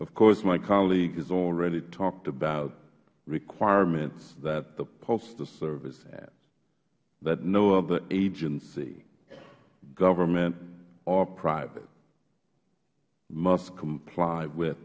of course my colleague has already talked about requirements that the postal service has that no other agency government or private must comply with